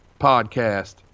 podcast